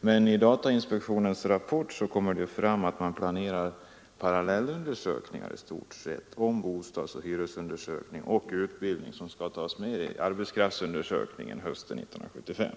men i datainspektionens rapport kommer det fram att man planerar att parallellundersökningar om bostäder och hyror skall ingå i arbetskraftsundersökningen 1975.